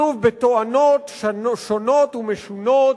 שוב, בתואנות שונות ומשונות.